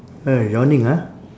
eh yawning ah